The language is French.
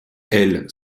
elle